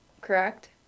correct